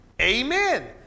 Amen